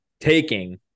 taking